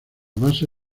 base